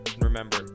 remember